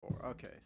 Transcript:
okay